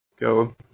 go